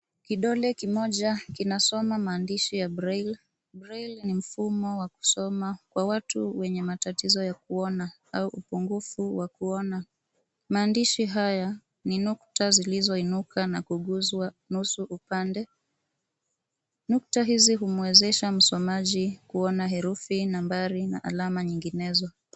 Kidole kimoja kinasoma maandishi ya braille. Breille ni mfumo wa kusoma kwa watu wenye matatizo ya kuona au upungufu wa kuona. Maandishi haya ni nukta zilizoinuka na kuguzwa nusu upande. Nukta hizi humwezesha msomaji kuona herufi nambari na alama nyinginezo.